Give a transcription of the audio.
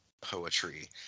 poetry